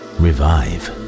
revive